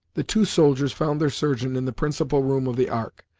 the two soldiers found their surgeon in the principal room of the ark.